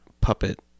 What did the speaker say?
puppet